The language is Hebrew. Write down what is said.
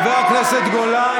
חבר הכנסת גולן,